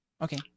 Okay